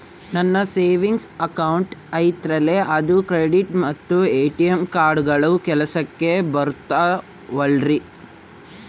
ನನ್ನ savings account ಐತಲ್ರೇ ಅದು ಕ್ರೆಡಿಟ್ ಮತ್ತ ಎ.ಟಿ.ಎಂ ಕಾರ್ಡುಗಳು ಕೆಲಸಕ್ಕೆ ಬರುತ್ತಾವಲ್ರಿ?